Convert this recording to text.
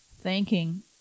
thanking